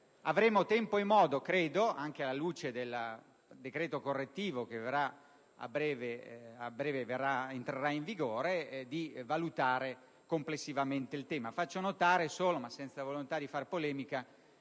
avremo tempo e modo, anche alla luce del decreto correttivo che a breve entrerà in vigore, di valutare complessivamente il tema. Vorrei far notare, ma senza volontà di fare polemica,